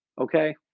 Okay